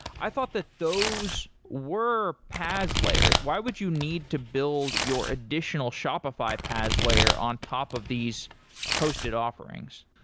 i thought that those were paas layers. why would you need to build your additional shopify paas layer on top of these hosted offerings?